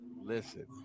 Listen